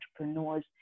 entrepreneurs